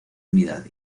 unidad